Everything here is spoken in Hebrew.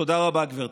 תודה רבה, גברתי.